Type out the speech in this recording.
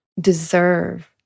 deserve